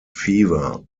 fever